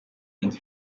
and